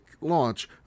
launch